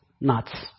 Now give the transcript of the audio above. nuts